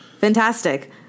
Fantastic